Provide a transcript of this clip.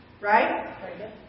right